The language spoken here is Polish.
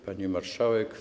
Pani Marszałek!